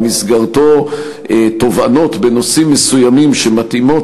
שבמסגרתו תובענות בנושאים מסוימים שמתאימות